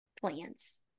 plans